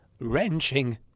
wrenching